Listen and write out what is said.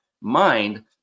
mind